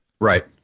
Right